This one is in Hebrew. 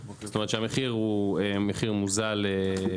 זאת אומרת שהמחיר הוא מחיר מוזל.